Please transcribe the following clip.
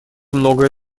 многое